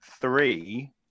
three